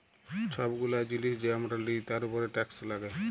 ছব গুলা জিলিস যে আমরা লিই তার উপরে টেকস লাগ্যে